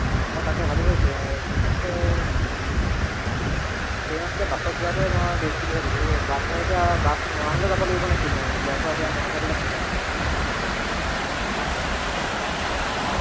অঁ মই তাকে ভাবিছোঁ টে ট্ৰেইনতকৈ অঁ ট্ৰেইনতকৈ বাছত যোৱাটোৱেই মই বেষ্ট বুলি ভাবিছোঁ বাছৰ এতিয়া বাছ মৰাণলৈ যাব লাগিব নেকি মই ইয়াৰপৰা এতিয়া মৰাণলৈ গ'লে মৰাণত অঁ অঁ